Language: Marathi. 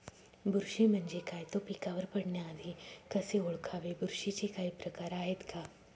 बुरशी म्हणजे काय? तो पिकावर पडण्याआधी कसे ओळखावे? बुरशीचे काही प्रकार आहेत का?